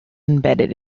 embedded